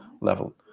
level